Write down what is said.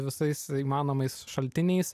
visais įmanomais šaltiniais